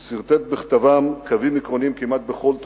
הוא סרטט בכתביו קווים עקרוניים כמעט בכל תחום: